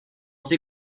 ces